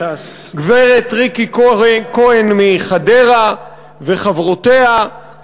גברת ריקי כהן מחדרה וחברותיה,